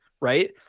right